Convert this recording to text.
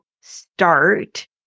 start